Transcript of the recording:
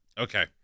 Okay